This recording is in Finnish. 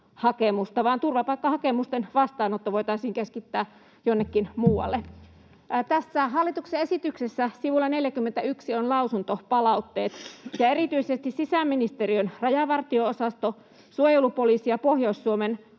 vaan turvapaikkahakemusten vastaanotto voitaisiin keskittää jonnekin muualle. Tässä hallituksen esityksessä sivulla 41 on lausuntopalautteet, ja erityisesti sisäministeriön rajavartio-osasto, suojelupoliisi ja Pohjois-Suomen